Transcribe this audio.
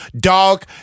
Dog